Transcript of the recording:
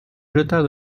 jeta